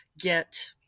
get